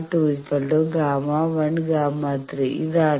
Γ 3 ഇതാണ്